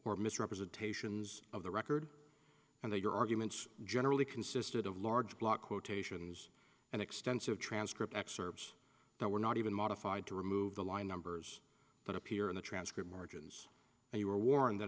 or misrepresentations of the record and they were arguments generally consisted of large block quotations and extensive transcript excerpts that were not even modified to remove the line numbers that appear in the transcript margins and you were warned that